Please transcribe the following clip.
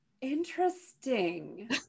interesting